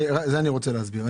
את זה אני רוצה להסביר.